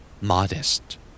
Modest